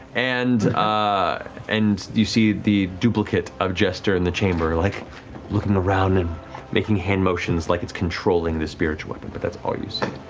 and and you see the duplicate of jester in the chamber like looking around and making hand motions like it's controlling the spiritual weapon, but that's all you see.